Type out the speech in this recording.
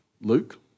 Luke